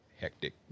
Hectic